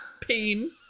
pain